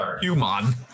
Human